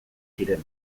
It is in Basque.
ziren